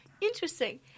Interesting